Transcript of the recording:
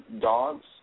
dogs